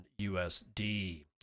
USD